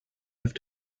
have